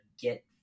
get